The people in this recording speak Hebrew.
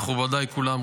מכובדיי כולם,